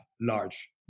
large